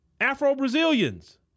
Afro-Brazilians